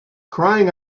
crying